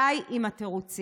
די עם התירוצים,